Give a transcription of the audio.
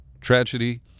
Tragedy